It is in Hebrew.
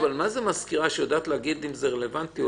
-- מזכירה יודעת להגיד אם זה רלוונטי או לא?